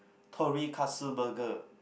torikatsu burger